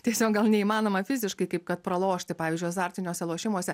tiesiog neįmanoma fiziškai kaip kad pralošti pavyzdžiui azartiniuose lošimuose